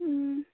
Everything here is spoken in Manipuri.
ꯎꯝ